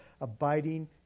abiding